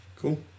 Cool